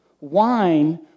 wine